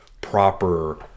proper